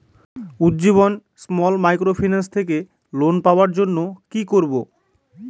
Ujjivan small microfinance থেকে loan পাওয়ার জন্য কি করব?